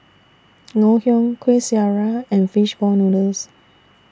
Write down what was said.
Ngoh Hiang Kuih Syara and Fish Ball Noodles